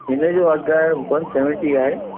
हिन जो अघु आहे वन सेवेंटी आहे